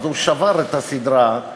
הוא שבר את הסדרה,